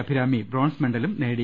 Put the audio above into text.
Abhirami bronze മെഡലും നേടി